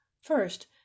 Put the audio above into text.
First